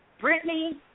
Brittany